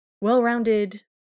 well-rounded